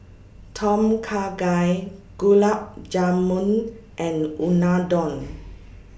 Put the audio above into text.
Tom Kha Gai Gulab Jamun and Unadon